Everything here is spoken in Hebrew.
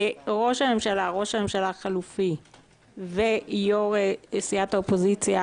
לראש הממשלה החלופי ויו"ר סיעת האופוזיציה